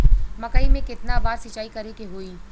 मकई में केतना बार सिंचाई करे के होई?